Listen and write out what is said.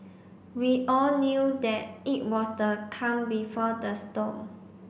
we all knew that it was the calm before the storm